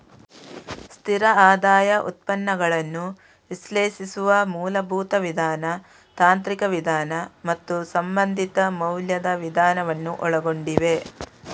ಸ್ಥಿರ ಆದಾಯದ ಉತ್ಪನ್ನಗಳನ್ನು ವಿಶ್ಲೇಷಿಸುವ ಮೂಲಭೂತ ವಿಧಾನ, ತಾಂತ್ರಿಕ ವಿಧಾನ ಮತ್ತು ಸಂಬಂಧಿತ ಮೌಲ್ಯದ ವಿಧಾನವನ್ನು ಒಳಗೊಂಡಿವೆ